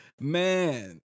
Man